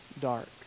dark